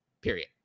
Period